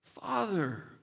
Father